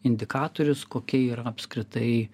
indikatorius kokia yra apskritai